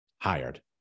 hired